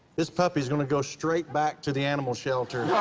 this puppy's gonna go straight back to the animal shelter.